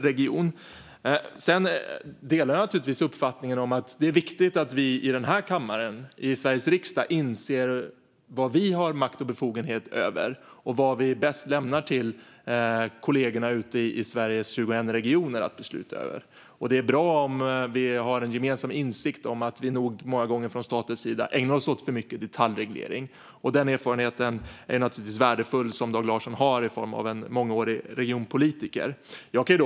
Jag delar givetvis uppfattningen att det är viktigt att vi i Sveriges riksdag inser vad vi har makt och befogenhet över och vad vi bäst lämnar till kollegorna i Sveriges 21 regioner att besluta om. Det är bra om vi har en gemensam insikt om att vi många gånger från statens sida ägnar oss åt för mycket detaljregleringar, och Dag Larssons erfarenhet som mångårig regionpolitiker är givetvis värdefull.